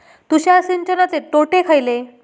तुषार सिंचनाचे तोटे खयले?